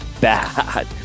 bad